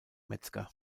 metzger